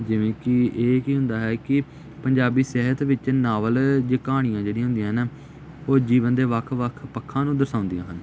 ਜਿਵੇਂ ਕਿ ਇਹ ਕੀ ਹੁੰਦਾ ਹੈ ਕਿ ਪੰਜਾਬੀ ਸਾਹਿਤ ਵਿੱਚ ਨਾਵਲ ਜੇ ਕਹਾਣੀਆਂ ਜਿਹੜੀਆਂ ਹੁੰਦੀਆਂ ਨਾ ਉਹ ਜੀਵਨ ਦੇ ਵੱਖ ਵੱਖ ਪੱਖਾਂ ਨੂੰ ਦਰਸਾਉਂਦੀਆਂ ਹਨ